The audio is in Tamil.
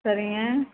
சரிங்க